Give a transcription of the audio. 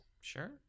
Sure